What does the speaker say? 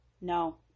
No